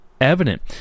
evident